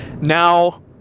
Now